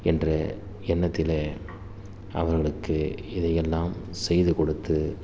என்ற எண்ணத்திலே அவர்களுக்கு இதை எல்லாம் செய்து கொடுத்து